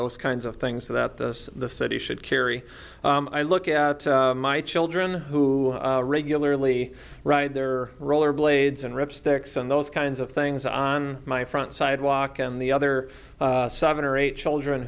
those kinds of things that this the city should carry i look at my children who regularly ride their roller blades and rip sticks on those kinds of things on my front sidewalk and the other seven or eight children